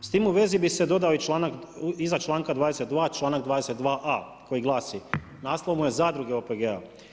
S tim u vezi bi se dodao iza članka 22. članak 22.a koji glasi, naslov mu je Zadruge OPG-a.